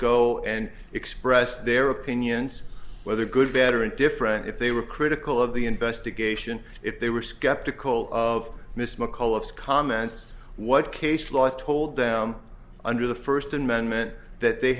go and express their opinions whether good bad or indifferent if they were critical of the investigation if they were skeptical of miss mccall of comments what case law told them under the first amendment that they